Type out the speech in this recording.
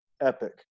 epic